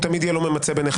הוא תמיד יהיה לא ממצה בעיניך.